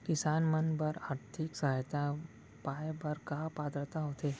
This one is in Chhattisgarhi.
किसान मन बर आर्थिक सहायता पाय बर का पात्रता होथे?